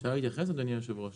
אפשר להתייחס אדוני היושב ראש?